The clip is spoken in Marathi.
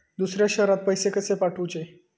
दुसऱ्या शहरात पैसे कसे पाठवूचे?